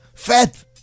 Fat